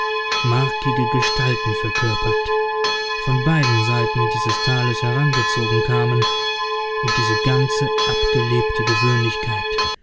markige gestalten verkörpert von beiden seiten dieses tales herangezogen kamen und diese ganz abgelebte gewöhnlichkeit